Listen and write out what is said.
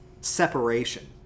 separation